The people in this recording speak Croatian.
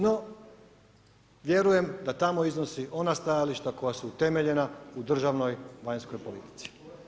No, vjerujem da tamo iznosi ona stajališta koja su utemeljena u državnoj vanjskoj politici.